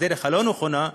הדרך הלא-נכונה,